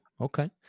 Okay